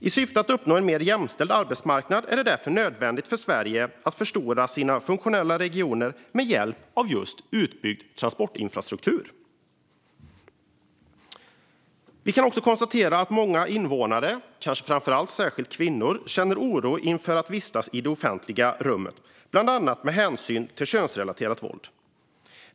I syfte att uppnå en mer jämställd arbetsmarknad är det därför nödvändigt för Sverige att förstora sina funktionella regioner med hjälp av just utbyggd transportinfrastruktur. Vi kan också konstatera att många invånare, särskilt kvinnor, känner oro inför att vistas i det offentliga rummet, bland annat med hänsyn till könsrelaterat våld.